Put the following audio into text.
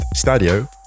Stadio